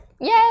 Yay